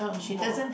smoke !ee!